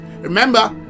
Remember